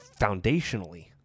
foundationally